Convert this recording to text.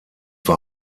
war